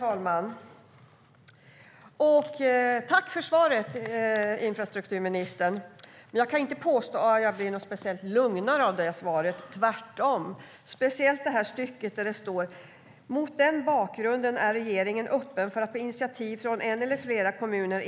Herr talman! Tack för svaret, infrastrukturministern! Men jag kan inte påstå att jag blir speciellt mycket lugnare av svaret - tvärtom. Det gäller speciellt stycket där det står: "Mot den bakgrunden är regeringen öppen för att på initiativ från en eller flera kommuner